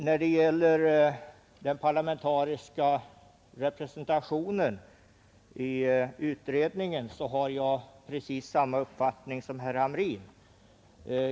När det gäller den parlamentariska representationen i utredningen har jag precis samma uppfattning som herr Hamrin.